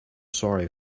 sorry